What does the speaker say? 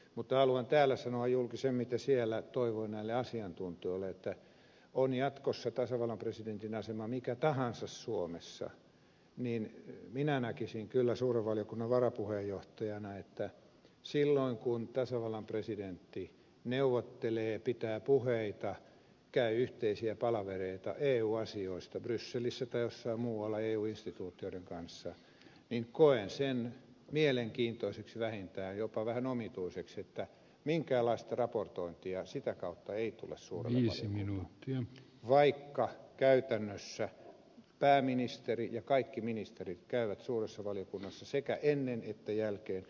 mutta haluan täällä sanoa julki sen mitä siellä toivoin näiltä asiantuntijoilta että on jatkossa tasavallan presidentin asema suomessa mikä tahansa niin minä näkisin kyllä suuren valiokunnan varapuheenjohtajana että silloin kun tasavallan presidentti neuvottelee pitää puheita käy yhteisiä palavereita eu asioista brysselissä tai jossain muualla eu instituutioiden kanssa niin koen sen mielenkiintoiseksi vähintään jopa vähän omituiseksi että minkäänlaista raportointia sitä kautta ei tule suurelle valiokunnalle vaikka käytännössä pääministeri ja kaikki ministerit käyvät suuressa valiokunnassa sekä ennen että jälkeen brysselissä käynnin